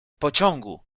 pociągu